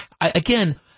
Again